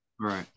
right